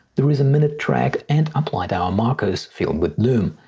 there is a minute track and applied hour markers filled with lume.